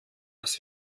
das